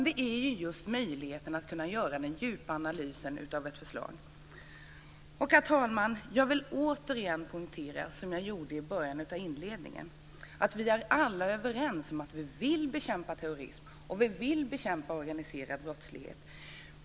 Det gäller möjligheten att kunna göra en djupa analysen av ett förslag. Herr talman! Jag vill återigen poängtera, som jag gjorde i inledningen, att vi alla är överens om att vi vill bekämpa terrorism och organiserad brottslighet.